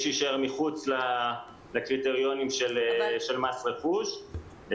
שיישאר מחוץ לקריטריונים של מס רכוש.